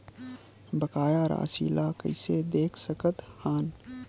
बकाया राशि ला कइसे देख सकत हान?